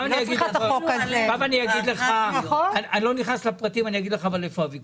אני לא נכנס לפרטים אבל אני אומר לך היכן הוויכוח.